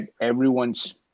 everyone's